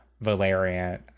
valerian